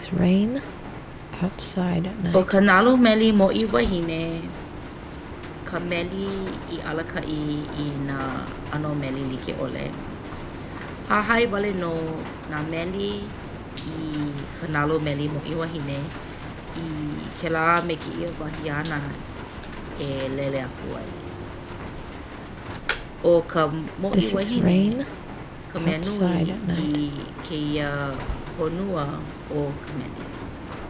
ʻO ka nalo meli mōʻī wahine ka meli i alakaʻi i nā ʻano meli like ʻole. Hahai wale nō nā meli i ka nalo meli mōʻī wahine i kēlā me kēia wahi āna e lele aku ai. ʻO ka mōʻī wahine ka mea nui i kēia honua o ka meli.